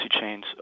chains